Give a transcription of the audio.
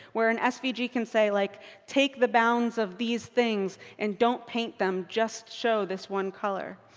where an svg can say like take the bounds of these things and don't paint them. just show this one color.